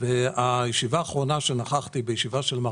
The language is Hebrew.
בישיבה האחרונה שנכחתי עם מר